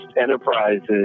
enterprises